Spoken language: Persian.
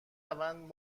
روند